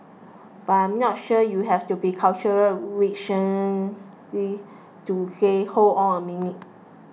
but I'm not sure you have to be cultural to say hold on a minute